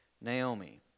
Naomi